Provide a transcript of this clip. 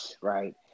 right